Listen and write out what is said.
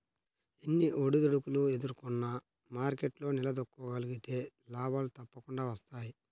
ఎన్ని ఒడిదుడుకులు ఎదుర్కొన్నా మార్కెట్లో నిలదొక్కుకోగలిగితే లాభాలు తప్పకుండా వస్తాయి